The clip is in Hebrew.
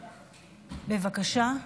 בבקשה.